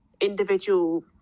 individual